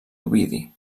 ovidi